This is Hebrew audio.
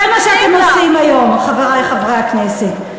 זה מה שאתם עושים היום, חברי חברי הכנסת.